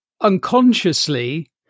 unconsciously